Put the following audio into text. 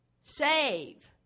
Save